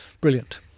Brilliant